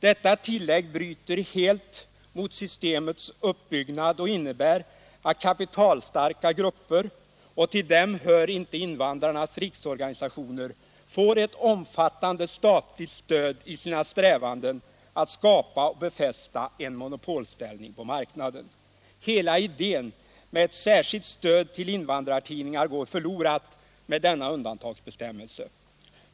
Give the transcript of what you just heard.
Detta tillägg bryter helt mot systemets uppbyggnad och innebär att kapitalstarka grupper — och till dem hör inte invandrarnas riksorganisationer —- får ett omfattande statligt stöd i sina strävanden att skapa och befästa en monopolställning på marknaden. Hela idén med ett särskilt stöd till invandrartidningar går förlorad med denna undantagsbestämmelse.